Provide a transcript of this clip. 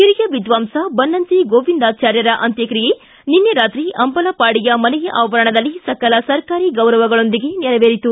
ಹಿರಿಯ ವಿದ್ವಾಂಸ ಬನ್ನಂಜಿ ಗೋವಿಂದಾಚಾರ್ಯರ ಅಂತ್ಯಕ್ತಿಯೆ ನಿನ್ನೆ ರಾತ್ರಿ ಅಂಬಲಪಾಡಿಯ ಮನೆಯ ಆವರಣದಲ್ಲಿ ಸಕಲ ಸರ್ಕಾರಿ ಗೌರವಗಳೊಂದಿಗೆ ನೆರವೇರಿತು